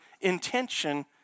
intention